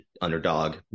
underdog